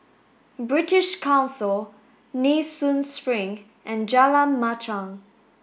British Council Nee Soon Spring and Jalan Machang